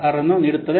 R ಅನ್ನು ನೀಡುತ್ತದೆ